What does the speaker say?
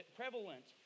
prevalent